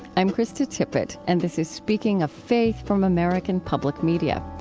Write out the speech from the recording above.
i'm krista tippett and this is speaking of faithfrom american public media.